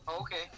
Okay